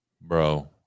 Bro